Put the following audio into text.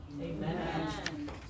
Amen